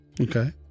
Okay